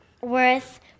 worth